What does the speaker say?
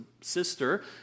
sister